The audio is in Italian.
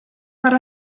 per